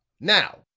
now,